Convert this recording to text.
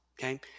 okay